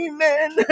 Amen